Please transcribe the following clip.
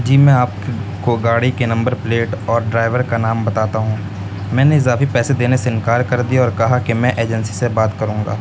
جی میں آپ کو گاڑی کے نمبر پلیٹ اور ڈرائیور کا نام بتاتا ہوں میں نے اضافی پیسے دینے سے انکار کر دیا اور کہا کہ میں ایجنسی سے بات کروں گا